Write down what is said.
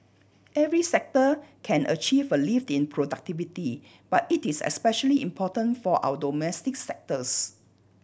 every sector can achieve a lift in productivity but it is especially important for our domestic sectors